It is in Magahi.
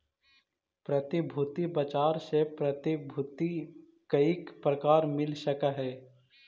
प्रतिभूति बाजार से प्रतिभूति कईक प्रकार मिल सकऽ हई?